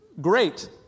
great